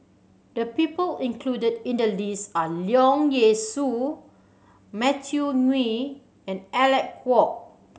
the people included in the list are Leong Yee Soo Matthew Ngui and Alec Kuok